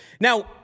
Now